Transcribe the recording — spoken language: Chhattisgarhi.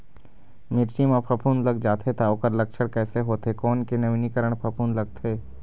मिर्ची मा फफूंद लग जाथे ता ओकर लक्षण कैसे होथे, कोन के नवीनीकरण फफूंद लगथे?